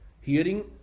Hearing